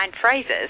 phrases